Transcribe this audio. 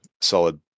solid